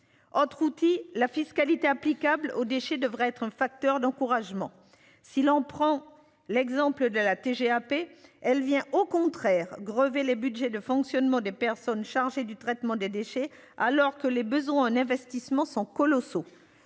entre outils la fiscalité applicable aux déchets devraient être un facteur d'encouragement. Si l'on prend l'exemple de la TGAP elle vient au contraire grever les Budgets de fonctionnement des personnes chargées du traitement des déchets alors que les besoins en investissements sont colossaux